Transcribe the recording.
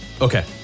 Okay